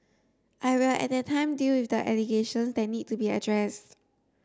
I will at that time deal with the allegations that need to be addressed